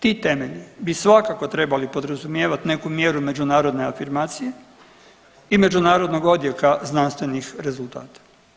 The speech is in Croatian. Ti temelji bi svakako trebali podrazumijevati neku mjeru međunarodne afirmacije i međunarodnog odjeka znanstvenih rezultata.